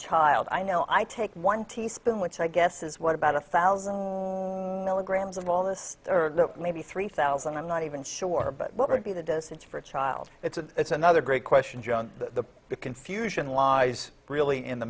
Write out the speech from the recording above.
child i know i take one teaspoon which i guess is what about a thousand milligrams of all this maybe three thousand i'm not even sure but what would be the distance for a child it's another great question john the confusion lies really in the